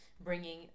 bringing